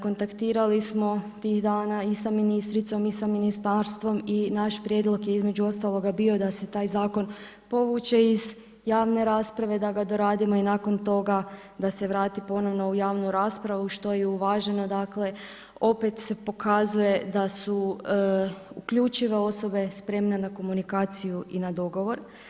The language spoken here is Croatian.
Kontaktirali smo tih dana i sa ministricom i sa ministarstvom i naš prijedlog je između ostaloga bio da se taj zakon povuče iz javne rasprave, da ga doradimo i nakon toga da se vrati ponovno u javnu raspravu, što je i uvaženo dakle, opet se pokazuje da su uključive osobe spremne na komunikaciju i na dogovor.